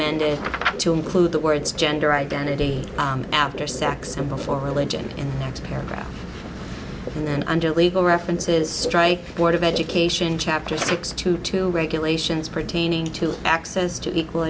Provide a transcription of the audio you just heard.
include the words gender identity after sex and before religion in the next paragraph and then under legal references strike board of education chapter six two two regulations pertaining to access to equal